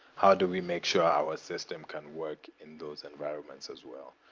how do we make sure our system can work in those environments as well?